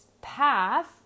path